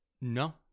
no